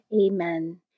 Amen